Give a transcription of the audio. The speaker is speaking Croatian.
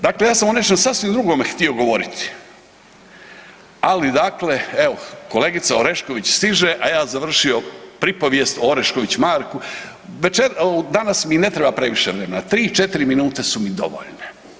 Dakle ja sam nešto sasvim drugome htio govoriti, ali dakle, evo, kolegica Orešković stiže, a ja završio pripovijest o Orešković Marku, .../nerazumljivo/... danas mi ne treba previše vremena, 3, 4 minute su mi dovoljne.